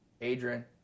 Adrian